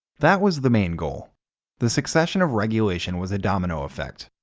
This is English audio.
that was the main goal the succession of regulations was a domino effect.